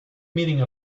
meaning